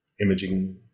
imaging